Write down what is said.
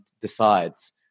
decides